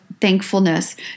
thankfulness